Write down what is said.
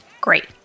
Great